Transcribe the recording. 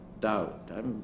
doubt